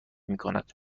میکند